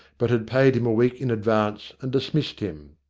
but had paid him a week in advance and dismissed him.